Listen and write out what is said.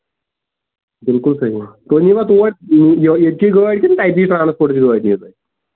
بِلکُل صحی تُہۍ نیٖوا تُہۍ نیٖوا یہِ ییٚتچی گٲڑۍ کِنہٕ تتچی ٹرٛانسپوٹ گٲڑۍ نِتھ